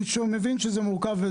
אני מבין שזה מורכב.